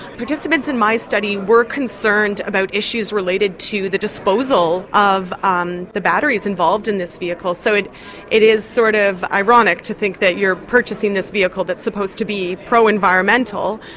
participants in my study were concerned about issues related to the disposal of um the batteries involved in this vehicle. so it it is sort of ironic to think that you are purchasing this vehicle that's supposed to be pro-environmental,